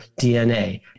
DNA